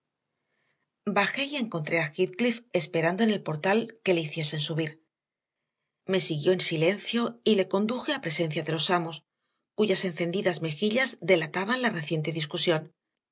bajé y encontré a heathcliff esperando en el portal que le hiciesen subir me siguió en silencio y le conduje a presencia de los amos cuyas encendidas mejillas delataban la reciente discusión